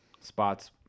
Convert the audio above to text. spots